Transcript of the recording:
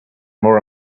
more